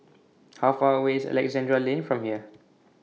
How Far away IS Alexandra Lane from here